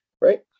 right